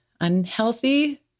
unhealthy